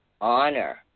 honor